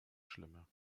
schlimmer